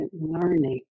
learning